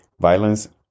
Violence